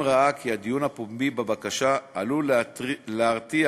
אם ראה כי הדיון הפומבי בבקשה עלול להרתיע